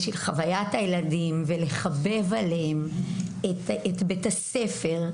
בשביל חוויית הילדים ובשביל לחבב עליהם את בית הספר,